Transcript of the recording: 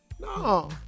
No